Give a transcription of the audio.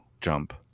jump